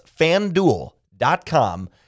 FanDuel.com